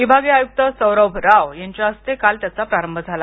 विभागीय आयुक्त सौरभ राव यांच्या हस्ते काल त्याचा प्रारंभ झाला